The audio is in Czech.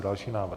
Další návrh.